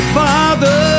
father